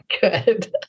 Good